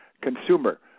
consumer